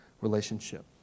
relationship